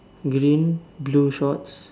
green blue shorts